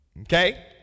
Okay